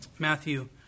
Matthew